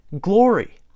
Glory